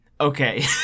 Okay